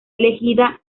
elegida